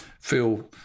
feel